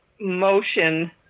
motion